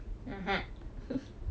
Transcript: (uh huh)